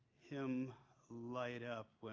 him light up,